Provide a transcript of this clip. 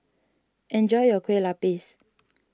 enjoy your Kueh Lapis